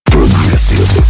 Progressive